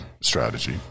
strategy